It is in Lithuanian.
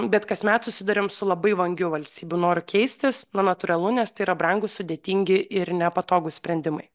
bet kasmet susiduriam su labai vangiu valstybių noru keistis na natūralu nes tai yra brangūs sudėtingi ir nepatogūs sprendimai